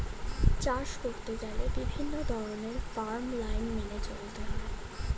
চাষ করতে গেলে বিভিন্ন রকমের ফার্ম আইন মেনে চলতে হয়